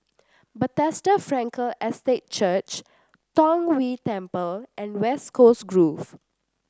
Bethesda Frankel Estate Church Tong Whye Temple and West Coast Grove